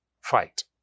Fight